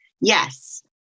yes